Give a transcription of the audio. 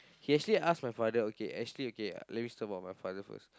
he actually ask my father okay actually okay let me talk about my father first